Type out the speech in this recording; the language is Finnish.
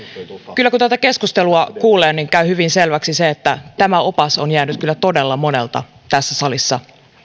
kyllä kun tätä keskustelua kuulee niin käy hyvin selväksi se että tämä opas on jäänyt kyllä todella monelta tässä salissa